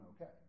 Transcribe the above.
okay